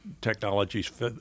technologies